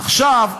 עכשיו,